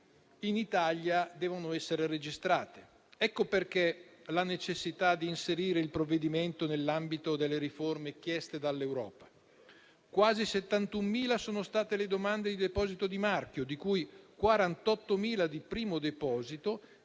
che devono essere registrate in Italia. Ecco perché la necessità di inserire il provvedimento nell'ambito delle riforme chieste dall'Europa. Quasi 71.000 sono state le domande di deposito di marchio, di cui 48.000 di primo deposito,